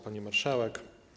Pani Marszałek!